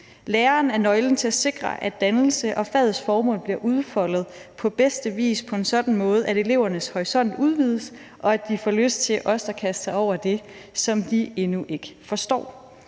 Læreren er nøglen til at sikre, at dannelse og fagets formål bliver udfoldet på bedste vis og på en sådan måde, at elevernes horisont udvides, og at de får lyst til også at kaste sig over det, som de endnu ikke forstår.